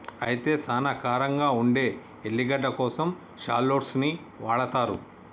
అయితే సానా కారంగా ఉండే ఎల్లిగడ్డ కోసం షాల్లోట్స్ ని వాడతారు